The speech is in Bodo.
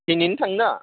दिनैनो थांनो